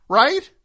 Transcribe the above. right